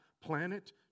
planet